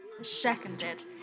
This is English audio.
Seconded